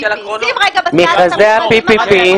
שים רגע בצד את המכרזים האחרים.